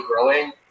growing